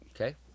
Okay